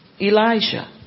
Elijah